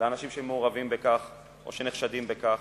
לאנשים שמעורבים בכך או שנחשדים בכך,